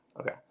Okay